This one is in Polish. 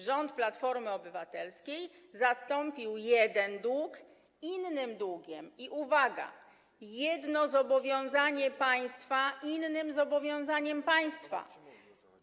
Rząd Platformy Obywatelskiej zastąpił jeden dług innym długiem i - uwaga - jedno zobowiązanie państwa innym zobowiązaniem państwa.